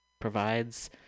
provides